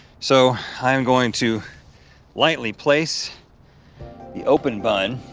so, i am going to lightly place the open bun,